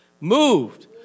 Moved